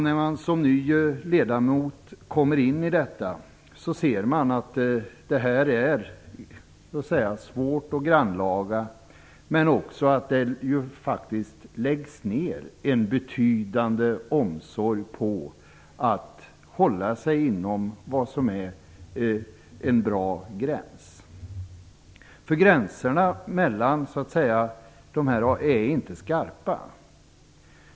När man som ny ledamot kommer in i arbetet ser man att det är svårt och grannlaga men också att det faktiskt läggs ner en betydande omsorg på att hålla sig inom vad som är en bra gräns. Gränserna mellan är inte skarpa.